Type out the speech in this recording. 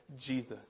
Jesus